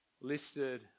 listed